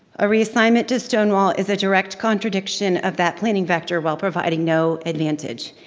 a reassignment to stonewall is a direct contradiction of that planning vector while providing no advantage.